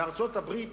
בארצות-הברית,